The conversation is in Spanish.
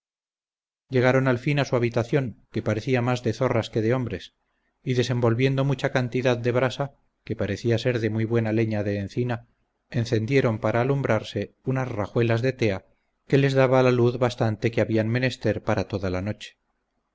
llegaron al fin a su habitación que parecía más de zorras que de hombres y desenvolviendo mucha cantidad de brasa que parecía ser de muy buena leña de encina encendieron para alumbrarse unas rajuelas de tea que les daba la luz bastante que habían menester para toda la noche